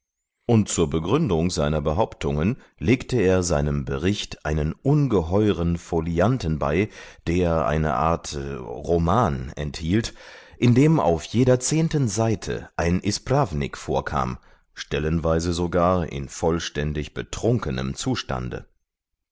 und zur begründung seiner behauptungen legte er seinem bericht einen ungeheuren folianten bei der eine art roman enthielt in dem auf jeder zehnten seite ein isprawnik vorkam stellenweise sogar in vollständig betrunkenem zustande